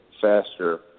faster